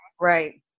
Right